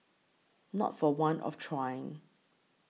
not for want of trying